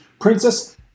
Princess